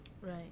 Right